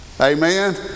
Amen